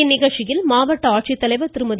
இந்நிகழ்ச்சியில் மாவட்ட ஆட்சித்தலைவர் திருமதி